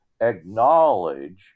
acknowledge